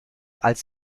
als